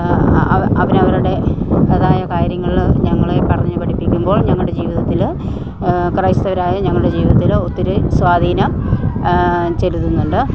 അവരവരുടെതായ കാര്യങ്ങൾ ഞങ്ങളെ പറഞ്ഞു പഠിപ്പിക്കുമ്പോൾ ഞങ്ങളുടെ ജീവിതത്തിൽ ക്രൈസ്തവരായ ഞങ്ങളുടെ ജീവിതത്തിൽ ഒത്തിരി സ്വാധീനം ചെലുത്തുന്നുണ്ട്